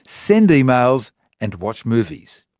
send emails and watch movies.